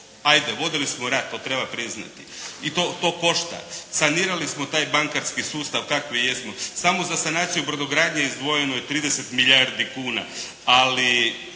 'ajde vodili smo rat, to treba priznati i to košta, sanirali smo taj bankarski sustav kako jesmo. Samo za sanaciju brodogradnje izdvojeno je 30 milijardi kuna. Ali,